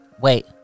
Wait